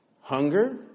hunger